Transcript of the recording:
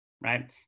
right